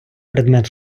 предмет